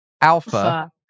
Alpha